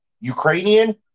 Ukrainian